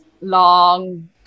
long